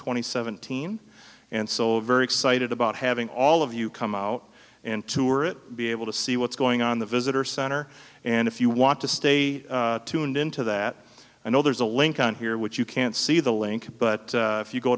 and seventeen and so i'm very excited about having all of you come out and tour it be able to see what's going on the visitor center and if you want to stay tuned into that you know there's a link on here which you can't see the link but if you go